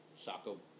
Saco